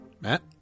Matt